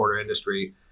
industry